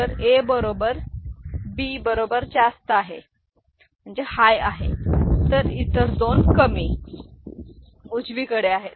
तर ए बरोबर ब बरोबर जास्त आहे आणि इतर दोन कमी उजवीकडे आहेत